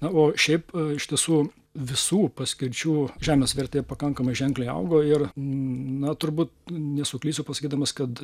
na o šiaip iš tiesų visų paskirčių žemės vertė pakankamai ženkliai augo ir na turbūt nesuklysiu pasakydamas kad